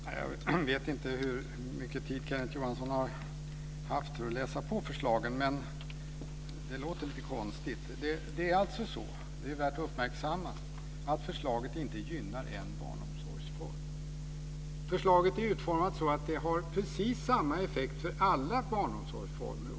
Fru talman! Jag vet inte hur mycket tid Kenneth Johansson har haft för att läsa på förslaget. Men det låter lite konstigt. Det är alltså så, det är värt att uppmärksamma, att förslaget inte gynnar en barnomsorgsform. Förslaget är utformat så att det har precis samma effekt för alla barnomsorgsformer.